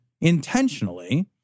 intentionally